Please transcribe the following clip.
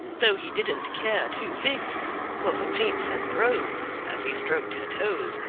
though he didn't care two figs for her pains and throes, as he stroked her toes,